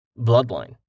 bloodline